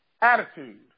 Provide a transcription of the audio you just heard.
attitude